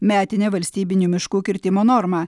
metinę valstybinių miškų kirtimo normą